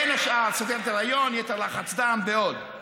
בין השאר סוכרת היריון, יתר לחץ דם ועוד.